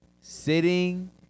sitting